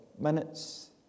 minutes